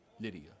Lydia